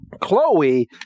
Chloe